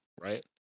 right